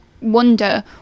wonder